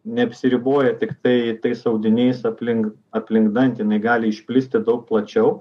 neapsiriboja tiktai tais audiniais aplink aplink dantį jinai gali išplisti daug plačiau